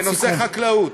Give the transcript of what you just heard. בנושא דגים, בנושא חקלאות.